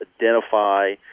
identify